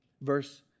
verse